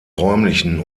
räumlichen